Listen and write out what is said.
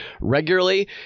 regularly